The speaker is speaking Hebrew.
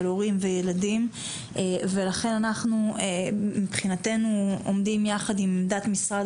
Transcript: הורים ושל ילדים ולכן אנחנו מבחינתנו עומדים יחד עם עמדת משרד